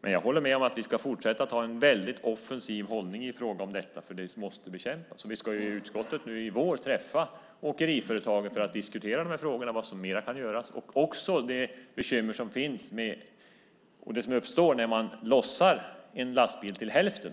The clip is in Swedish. Men jag håller med om att vi ska fortsätta ha en väldigt offensiv hållning i fråga om detta, för det måste bekämpas. I utskottet nu i vår ska vi träffa åkeriföretagen för att diskutera frågorna och vad som mer kan göras och också det bekymmer som uppstår när man lossar en lastbil till hälften.